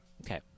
Okay